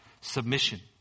submission